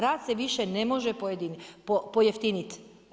Rad se više ne može pojeftiniti.